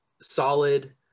solid